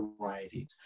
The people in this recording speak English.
varieties